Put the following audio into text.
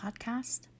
podcast